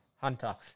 Hunter